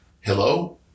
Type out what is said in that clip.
hello